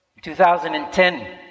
2010